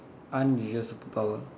unusual superpower